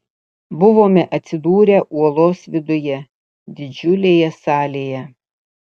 buvome atsidūrę uolos viduje didžiulėje salėje